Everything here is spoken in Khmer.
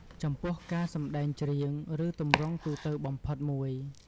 ចំពោះ ការសម្ដែងច្រៀង ជាទម្រង់ទូទៅបំផុតមួយ។